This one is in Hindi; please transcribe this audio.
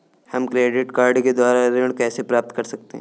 हम क्रेडिट कार्ड के द्वारा ऋण कैसे प्राप्त कर सकते हैं?